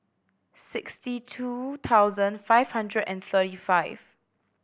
sixty two thousand five hundred and thirty five